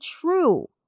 true